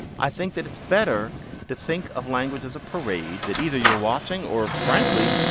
i think that it's better to think of language as a parade that either you're watching or, frankly,